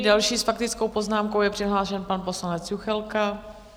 Další s faktickou poznámkou je přihlášen pan poslanec Juchelka.